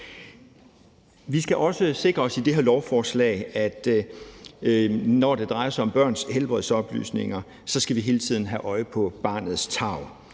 Vi skal også sikre os i det her lovforslag, at når det drejer sig om børns helbredsoplysninger, skal vi hele tiden have øje for barnets tarv,